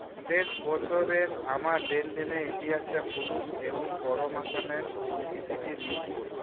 শেষ বছরের আমার লেনদেনের ইতিহাসটা খুলুন এবং পরমা সান্যাল পরিচিতিটি মিউট করুন